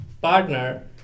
partner